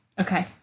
Okay